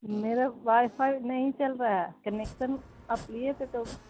میرا wifi نہیں چل رہا ہے کنیکشن آپ لیے تھے تو